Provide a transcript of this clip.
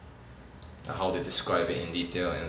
how they describe it in detail and